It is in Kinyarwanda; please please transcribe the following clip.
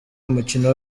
umukino